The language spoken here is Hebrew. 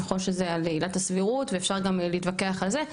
נכון שזה על עילת הסבירות ואפשר גם להתווכח על זה,